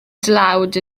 dlawd